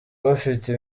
bafite